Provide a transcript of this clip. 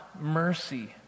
mercy